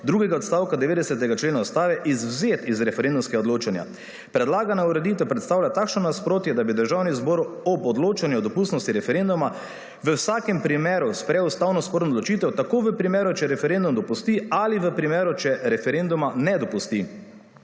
drugega odstavka 90. člena Ustave izvzet iz referendumskega odločanja. Predlagana ureditev predstavlja takšno nasprotje, da bi Državni zbor ob odločanju o dopustnosti referenduma v vsakem primeru sprejel ustavno sporno odločite tako v primeru, če referendum dopusti ali v primeru, če referenduma na dopusti.